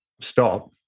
stop